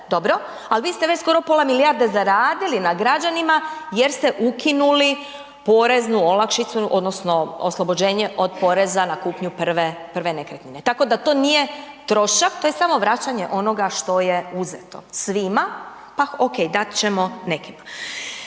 dobro ali vi ste već skoro pola milijarde zaradili na građanima jer ste ukinuli poreznu olakšicu odnosno oslobođenje pod poreza na kupnju prve nekretnine tako da to nije trošak, to je samo vraćanje onoga što je uzeto svima pa ok, dat ćemo nekima.